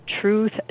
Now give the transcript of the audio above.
truth